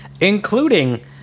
including